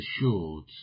assured